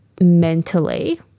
mentally